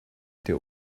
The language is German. der